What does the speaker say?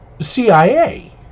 CIA